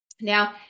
Now